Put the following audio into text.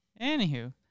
Anywho